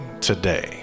today